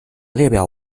列表